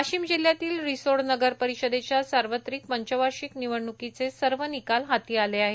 वाशिम जिल्ह्यातील रिसोड नगर परिषदेच्या सार्वत्रिक पंचवार्षिक निवडण्कीचे सर्व निकाल हाती आले आहेत